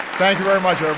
thank you very much,